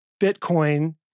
Bitcoin